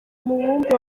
mubumbe